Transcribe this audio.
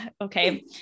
okay